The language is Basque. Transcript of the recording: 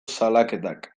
salaketak